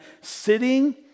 sitting